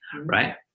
right